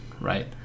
right